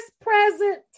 present